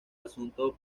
asunto